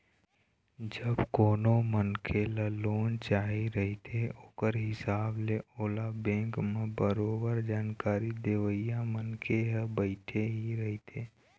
जब कोनो मनखे ल लोन चाही रहिथे ओखर हिसाब ले ओला बेंक म बरोबर जानकारी देवइया मनखे ह बइठे ही रहिथे